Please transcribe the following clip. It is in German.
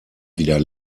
wieder